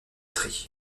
tri